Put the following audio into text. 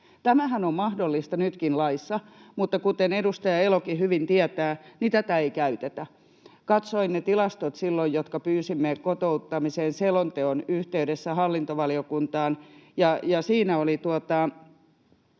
Tämähän on mahdollista nytkin laissa, mutta kuten edustaja Elokin hyvin tietää, tätä ei käytetä. Katsoin ne tilastot silloin, jotka pyysimme kotouttamisen selonteon yhteydessä hallintovaliokuntaan, ja siinä oli ihan